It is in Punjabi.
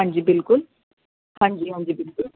ਹਾਂਜੀ ਬਿਲਕੁਲ ਹਾਂਜੀ ਹਾਂਜੀ ਬਿਲਕੁਲ